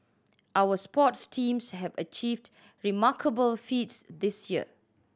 our sports teams have achieved remarkable feats this year